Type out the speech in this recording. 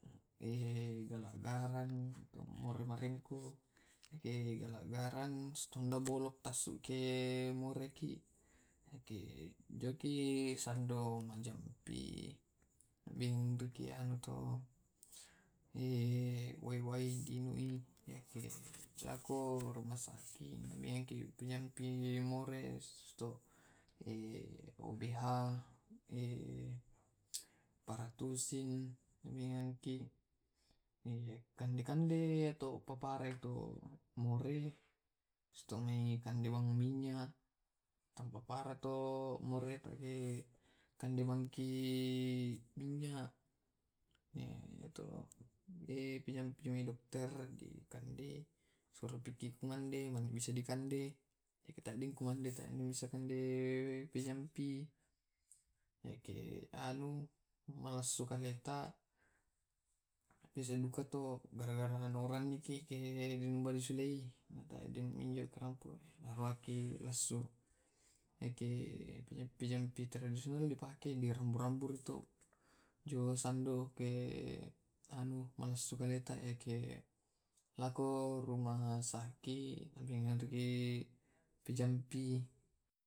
Ehm ya tu katau tau biasa tu nalau i lumalla, biasa tu lau lumalla na sorona tau atau menjenguk orang orang, na uyantu mai tu namalla to maggigil sakit tu ulu, biasa to panyampaianna biasa tu daun daun di banti i iyato pijampi biodata pijampi sekarang dengungallaki lao ku apotik dibalu, lao muto menjio dikande supaya biasa ji mu anui tasisup andommi pajato lumalla. itu pijampi iyatu kandei biasa soroki kumande. Masusaki kumande makale, ngallo, bongi dikandemi to pujampito